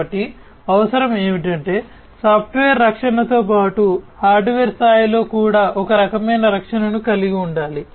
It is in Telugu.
కాబట్టి అవసరం ఏమిటంటే సాఫ్ట్వేర్ రక్షణతో పాటు హార్డ్వేర్ స్థాయిలో కూడా ఒకరకమైన రక్షణను కలిగి ఉండాలి